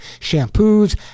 shampoos